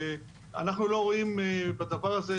אנחנו לא רואים בדבר הזה,